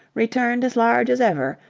returned as large as ever,